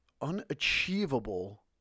unachievable